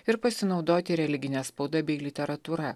ir pasinaudoti religine spauda bei literatūra